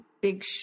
big